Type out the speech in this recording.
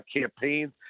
campaigns